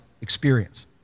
experience